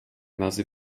nazy